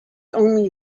only